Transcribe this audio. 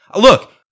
look